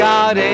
God